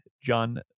John